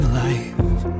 life